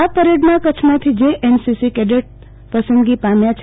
આ પરેડમાં કચ્છમાંથી જે અન સી સી કેડેટસ પસંદગી પામ્યા છે